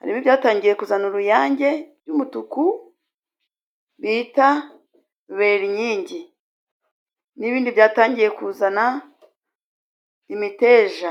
ari byo byatangiye kuzana uruyange by'umutuku bita berinkingi n'ibindi byatangiye kuzana imiteja.